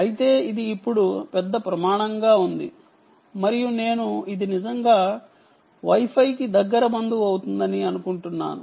అయితే ఇది ఇప్పుడు పెద్ద ప్రమాణంగా ఉంది మరియు నేను ఇది నిజంగా Wi Fi కి దగ్గరి బంధువు అవుతుందని అనుకుంటున్నాను